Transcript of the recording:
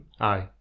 Aye